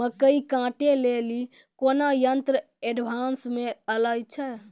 मकई कांटे ले ली कोनो यंत्र एडवांस मे अल छ?